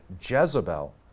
Jezebel